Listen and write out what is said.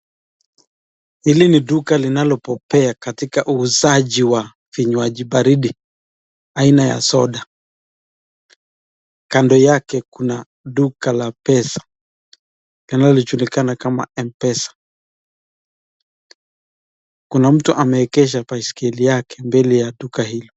Hili ni duka linalobobea kwa uuzaji wa vinywaji baridi aina ya soda. Kando yake kuna duka la pesa linalojulikana kama M-PESA. Kuna mtu ameegesha baiskeli yake mbele ya duka hilo.